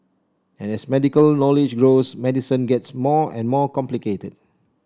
and as medical knowledge grows medicine gets more and more complicated